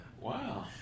Wow